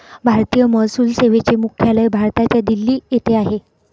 भारतीय महसूल सेवेचे मुख्यालय भारताच्या दिल्ली येथे आहे